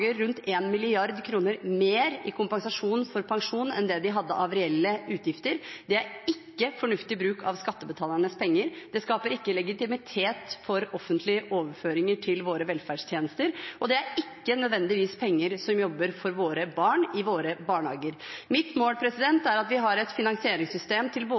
rundt 1 mrd. kr mer i kompensasjon for pensjon enn det de hadde av reelle utgifter. Det er ikke fornuftig bruk av skattebetalernes penger, det skaper ikke legitimitet for offentlige overføringer til våre velferdstjenester, og det er ikke nødvendigvis penger som jobber for våre barn i våre barnehager. Mitt mål er at vi har et finansieringssystem til